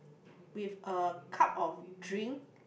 with a cup of drink